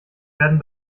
werden